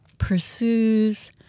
Pursues